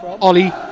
Ollie